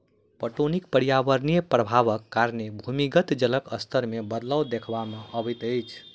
पटौनीक पर्यावरणीय प्रभावक कारणें भूमिगत जलक स्तर मे बदलाव देखबा मे अबैत अछि